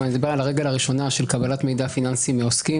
ואני מדבר על הרגל הראשונה של קבלת מידע פיננסי מעוסקים